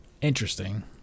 Interesting